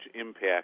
impact